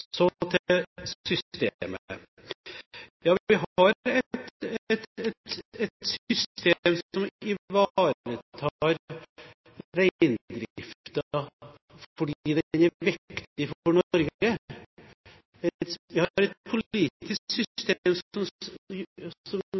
Så til systemet. Ja, vi har et system som ivaretar reindriften, fordi den er viktig for Norge. Vi har et politisk system som sier at vi skal forhandle om rammevilkår, som